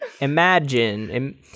Imagine